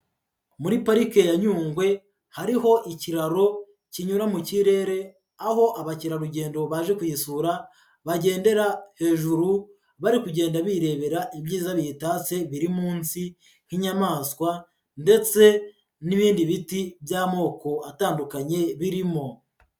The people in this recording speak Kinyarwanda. Muri Parike ya Nyungwe hariho ikiraro kinyura mu kirere aho abakerarugendo baje kuyisura bagendera hejuru bari kugenda birebera ibyiza biyitatse biri munsi nk'inyamaswa ndetse n'ibindi biti by'amoko atandukanye birimo.